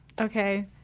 okay